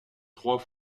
trois